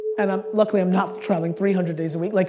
and um luckily i'm not traveling three hundred days a week. like